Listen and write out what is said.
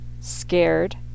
scared